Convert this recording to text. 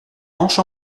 manche